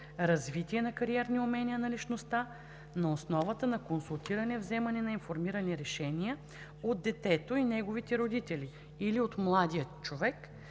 развитие на кариерни умения на личността; на основата на консултиране вземане на информирани решения от детето и неговите родители или от младия човек